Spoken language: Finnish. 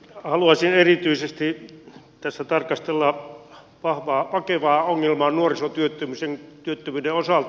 haluaisin erityisesti tässä tarkastella vakavaa ongelmaa nuorisotyöttömyyden osalta